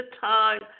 time